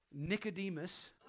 Nicodemus